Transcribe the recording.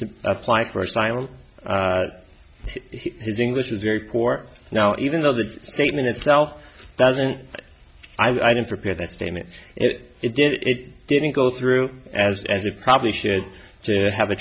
to apply for asylum his english was very poor now even though the statement itself doesn't i didn't prepare that statement if it did it didn't go through as as it probably should have a